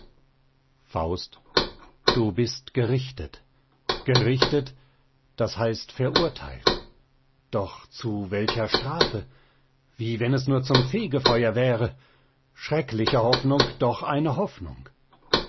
faust du bist gerichtet gerichtet das heißt verurtheilt doch zu welcher strafe wie wenn es nur zum fegefeuer wäre schreckliche hoffnung doch eine hoffnung